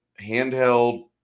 handheld